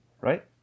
Right